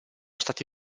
stati